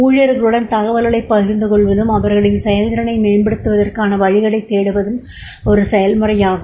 ஊழியர்களுடன் தகவல்களைப் பகிர்ந்துகொள்வதும் அவர்களின் செயல்திறனை மேம்படுத்துவதற்கான வழிகளைத் தேடுவதும் ஒரு செயல்முறையாகும்